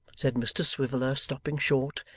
said mr swiveller stopping short,